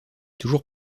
toujours